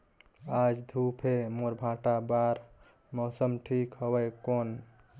आज धूप हे मोर भांटा बार मौसम ठीक हवय कौन?